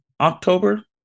October